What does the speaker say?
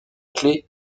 clef